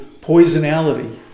poisonality